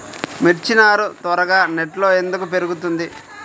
మిర్చి నారు త్వరగా నెట్లో ఎందుకు పెరుగుతుంది?